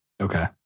Okay